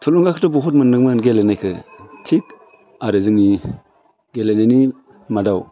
थुलुंगाखौथ' बहुथ मोनदोंमोन गेलेनायखौ थिग आरो जोंनि गेलेनायनि मादाव